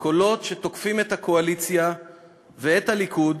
קולות שתוקפים את הקואליציה ואת הליכוד